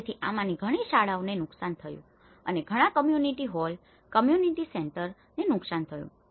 તેથી આમાંની ઘણી શાળાઓને નુકસાન થયું છે અને ઘણાં કમ્યુનીટી હોલ કમ્યુનીટી સેન્ટરોને નુકસાન થયું છે